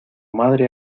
madre